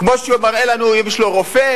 כמו שהוא מראה לנו אם יש לו רופא,